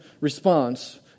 response